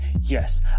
yes